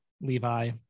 Levi